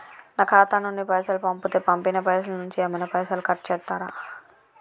నా ఖాతా నుండి పైసలు పంపుతే పంపిన పైసల నుంచి ఏమైనా పైసలు కట్ చేత్తరా?